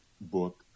book